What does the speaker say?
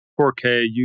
4K